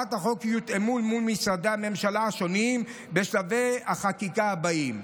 שבהצעת החוק יתואמו מול משרדי הממשלה השונים בשלבי החקיקה הבאים.